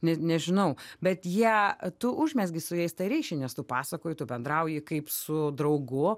net nežinau bet jie tu užmezgi su jais ryšį nes tu pasakoji tu bendrauji kaip su draugu